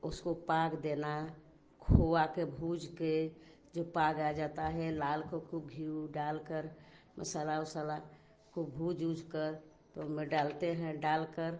उसको पाग देना खोया के भूज के जो पाग आ जाता है लाल खोब घी ऊ डालकर मसाला ओसाला को भूज ऊजकर तो ओमे डालते हैं डालकर